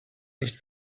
nicht